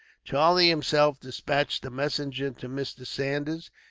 charlie himself despatched a messenger to mr. saunders,